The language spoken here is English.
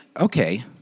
okay